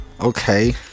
okay